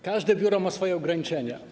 Każde biuro ma swoje ograniczenia.